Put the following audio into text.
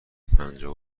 پنجاه